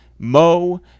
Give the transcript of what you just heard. Mo